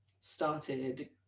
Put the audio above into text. started